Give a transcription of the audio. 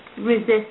resist